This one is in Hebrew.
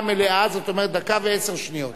דקה מלאה, זאת אומרת דקה ועשר שניות.